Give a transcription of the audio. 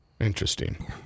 Interesting